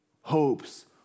hopes